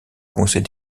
conseil